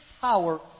power